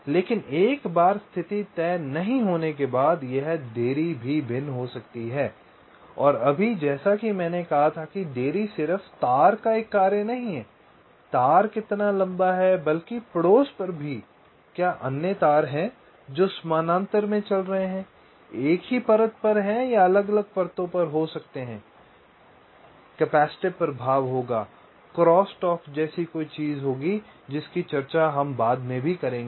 लेकिन एक बार स्थिति तय नहीं होने के बाद यह देरी भी भिन्न हो सकती है और अभी जैसा कि मैंने कहा था कि देरी सिर्फ तार का एक कार्य नहीं है कि तार कितना लंबा है बल्कि पड़ोस पर भी क्या अन्य तार हैं जो समानांतर में चल रहे हैं एक ही परत या अलग अलग परतों पर हो सकते हैं कैपेसिटिव प्रभाव होगा क्रॉस टॉक जैसी कोई चीज होगी जिसकी चर्चा हम बाद में भी करेंगे